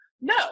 no